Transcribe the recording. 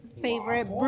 favorite